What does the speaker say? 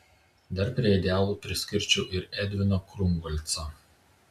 dar prie idealų priskirčiau ir edviną krungolcą